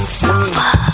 suffer